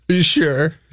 Sure